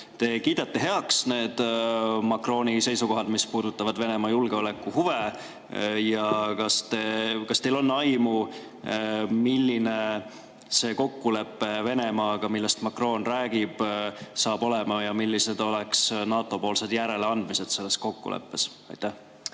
te kiidate heaks need Macroni seisukohad, mis puudutavad Venemaa julgeolekuhuve? Kas teil on aimu, milline see kokkulepe Venemaaga, millest Macron räägib, saab olema, ja millised oleks NATO järeleandmised selles kokkuleppes? Aitäh,